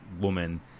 woman